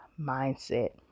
mindset